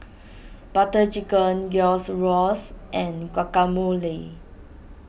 Butter Chicken and Guacamole